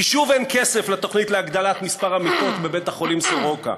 כי שוב אין כסף לתוכנית להגדלת מספר המיטות בבית-החולים סורוקה,